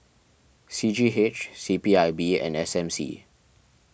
C G H C P I B and S M C